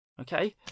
okay